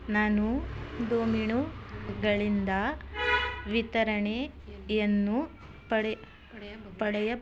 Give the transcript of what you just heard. ನಾನು ಡೊಮಿಣೊಗಳಿಂದ ವಿತರಣೆಯನ್ನು ಪಡೆ ಪಡೆಯ